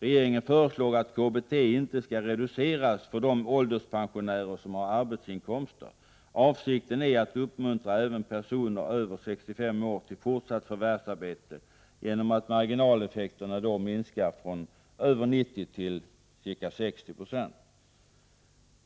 Regeringen föreslår att KBT inte skall reduceras för de ålderspensionärer som har arbetsinkomster. Avsikten är att uppmuntra även personer över 65 år till fortsatt förvärvsarbete genom att marginaleffekten minskas från över 90 9c till ca 60 Fo.